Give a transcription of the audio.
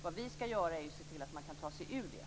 Vad vi ska göra är att se till att man kan ta sig ur det.